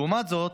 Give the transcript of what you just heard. לעומת זאת,